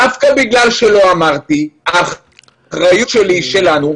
בגל שהיה במרץ-אפריל היו 180,000 איכונים.